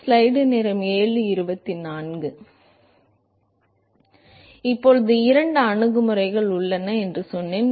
எனவே இப்போது இரண்டு அணுகுமுறைகள் உள்ளன என்று சொன்னோம்